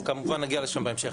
אנחנו כמובן נגיע לשם בהמשך,